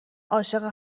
عاشق